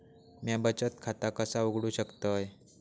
म्या बचत खाता कसा उघडू शकतय?